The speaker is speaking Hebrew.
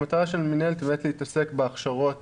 המטרה של המינהלת באמת להתעסק בהכשרות